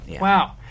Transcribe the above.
Wow